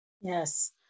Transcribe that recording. Yes